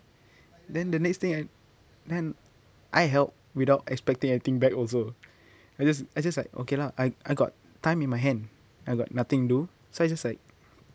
then the next thing I then I help without expecting anything back also I just I just like okay lah I I got time in my hand I got nothing do so I just like